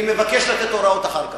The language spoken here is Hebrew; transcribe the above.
אני מבקש לתת הוראות אחר כך.